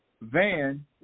van